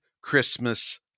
Christmas